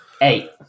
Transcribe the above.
Eight